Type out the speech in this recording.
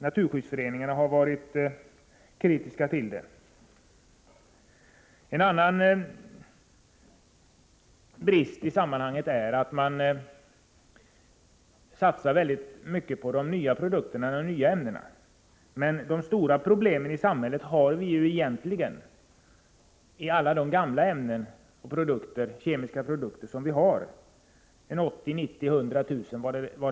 Naturskyddsföreningarna har också varit kritiska på denna punkt. En annan brist i sammanhanget är att man satsar mycket på de nya produkterna och ämnena. Men de stora problemen i samhället har vi egentligen med alla de gamla ämnena och kemiska produkterna — det rör sig om ungefär 80 000-100 000.